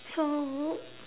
so